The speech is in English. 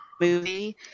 movie